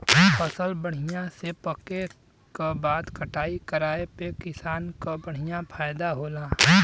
फसल बढ़िया से पके क बाद कटाई कराये पे किसान क बढ़िया फयदा होला